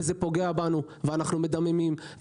זה פוגע בנו ואנחנו מדממים.